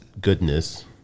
goodness